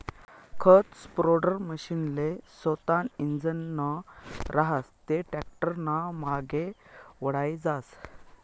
खत स्प्रेडरमशीनले सोतानं इंजीन नै रहास ते टॅक्टरनामांगे वढाई जास